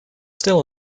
still